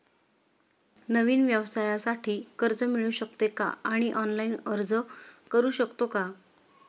नवीन व्यवसायासाठी कर्ज मिळू शकते का आणि ऑनलाइन अर्ज करू शकतो का?